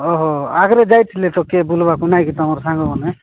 ଓହୋ ଆଗରେ ଯାଇଥିଲେ ତ କିଏ ବୁଲିବାକୁ ନାଇଁକି ତୁମର ସାଙ୍ଗମାନେ